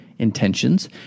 intentions